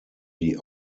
die